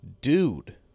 Dude